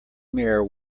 mare